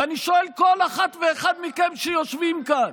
ואני שואל כל אחת ואחד מכם שיושבים כאן,